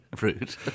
rude